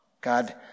God